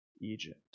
Egypt